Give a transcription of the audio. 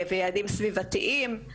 וליעדים סביבתיים, ובעצם,